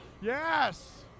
Yes